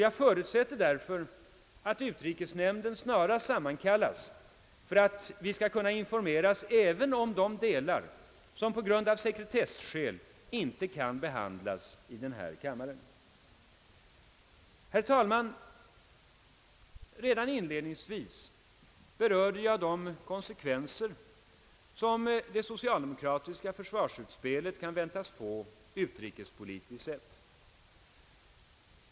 Jag förutsätter därför att utrikesnämnden snarast sammankallas för att vi skall kunna informeras även om de delar som på grund av sekretesskäl inte kan behandlas i denna kammare. Herr talman! Redan inledningsvis berörde jag de konsekvenser, som det socialdemokratiska försvarsutspelet kan väntas få utrikespolitiskt sett.